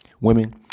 women